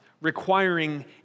requiring